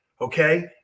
okay